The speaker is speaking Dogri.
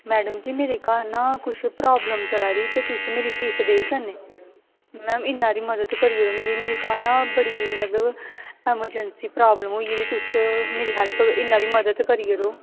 मैम जी मेरे घर कुछ प्रॉब्लम चला दी ते तुस मेरी फीस देई सकने मेरी इन्नी हारी मदद करी ओड़ो मेरे घर ना बड़ी एमरजेंसी प्रॉब्ल्म होई गेदी ते तुस मेरी हेल्प इन्ना हारी मदद करी ओड़ो